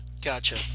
gotcha